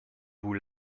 vous